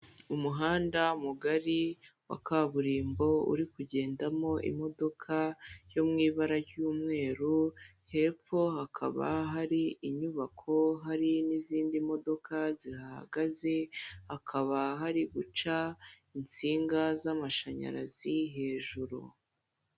Umuhanda mugari wa kaburimbo uri kugendamo imodoka yo mu ibara ry'umweru, hepfo hakaba hari inyubako, hari n'izindi modoka zihahagaze, hakaba hari guca insinga z'amashanyarazi hejuru.